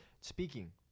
speaking